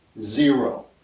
zero